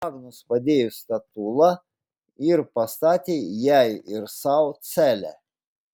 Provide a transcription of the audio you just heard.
magnus padėjo statulą ir pastatė jai ir sau celę